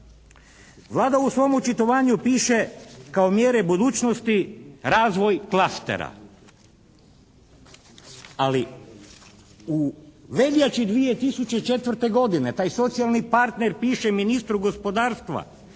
Vlada u svom očitovanju piše kao mjere budućnosti razvoj klastera. Ali u veljači 2004. godine taj socijalni partner piše ministru gospodarstva